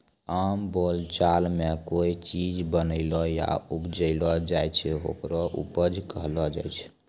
आम बोलचाल मॅ कोय चीज बनैलो या उपजैलो जाय छै, होकरे उपज कहलो जाय छै